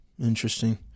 Interesting